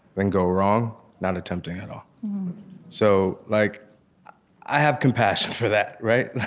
than go wrong not attempting at all so like i have compassion for that, right?